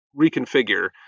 reconfigure